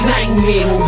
Nightmare